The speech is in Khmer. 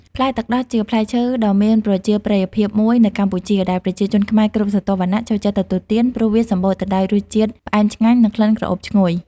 ផ្លែទឹកដោះជាផ្លែឈើដ៏មានប្រជាប្រិយភាពមួយនៅកម្ពុជា ដែលប្រជាជនខ្មែរគ្រប់ស្រទាប់វណ្ណៈចូលចិត្តទទួលទាន ព្រោះវាសម្បូរទៅដោយរសជាតិផ្អែមឆ្ងាញ់ និងក្លិនក្រអូបឈ្ងុយ។